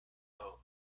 coat